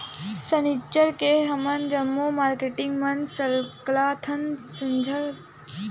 सनिच्चर के हमन जम्मो मारकेटिंग मन सकलाथन संझा के अउ हमर समूह खातिर सब्बो अपन अपन बिचार रखत जाथन